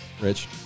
Rich